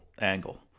angle